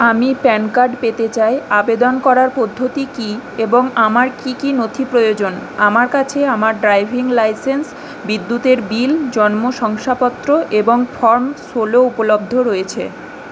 আমি PAN card পেতে চাই আবেদন করার পদ্ধতি কী এবং আমার কী কী নথি প্রয়োজন আমার কাছে আমার ড্রাইভিং লাইসেন্স বিদ্যুতের বিল জন্ম শংসাপত্র এবং ফর্ম ষোলো উপলব্ধ রয়েছে